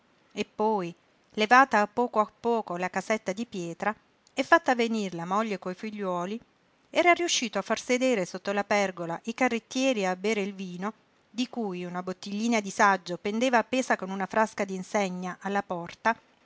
e poi levata a poco a poco la casetta di pietra e fatta venir la moglie coi figliuoli era riuscito a far sedere sotto la pergola i carrettieri a bere il vino di cui una bottiglina di saggio pendeva appesa con una frasca d'insegna alla porta